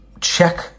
check